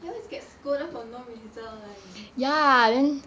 then always get scolded for no reason [one]